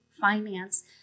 finance